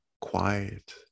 quiet